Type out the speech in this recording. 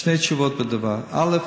שתי תשובות לדבר: א.